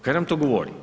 Kaj nam to govori?